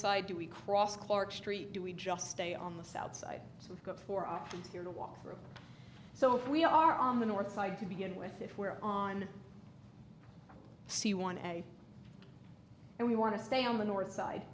side do we cross clark street do we just stay on the south side so we've got four options here to walk through so if we are on the north side to begin with if we're on c one and and we want to stay on the north side